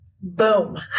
Boom